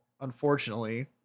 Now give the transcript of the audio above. unfortunately